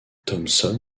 thomson